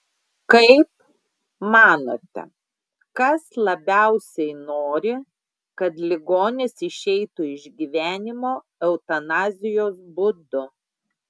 kaip manote kas labiausiai nori kad ligonis išeitų iš gyvenimo eutanazijos būdu